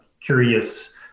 curious